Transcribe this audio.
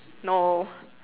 no